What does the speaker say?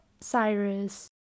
Cyrus